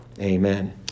Amen